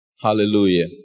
Hallelujah